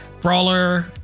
brawler